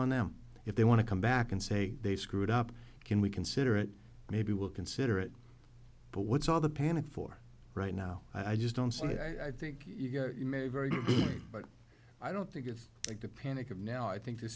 on them if they want to come back and say they screwed up can we consider it maybe we'll consider it but what's all the panic for right now i just don't see i think you're mary very good but i don't think it's like the panic of now i think the